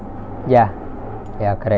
ya ya correct